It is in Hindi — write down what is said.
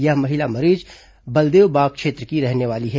यह महिला मरीज बलदेवबाग क्षेत्र की रहने वाली है